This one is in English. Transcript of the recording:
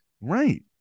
Right